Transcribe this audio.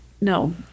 no